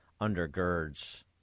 undergirds